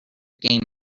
game